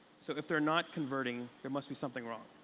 so if they're not converting there must be something wrong.